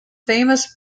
famous